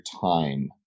time